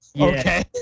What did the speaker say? okay